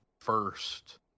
first